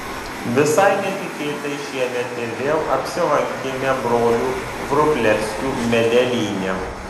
visai netikėtai šiemet ir vėl apsilankėme brolių vrublevskių medelyne